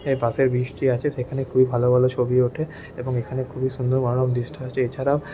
পাশের ব্রিজটি আছে সেখানে খুব ভালো ভালো ছবি ওঠে এবং এখানে খুবই সুন্দর মানব দৃষ্ট আছে এছাড়াও